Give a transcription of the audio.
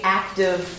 active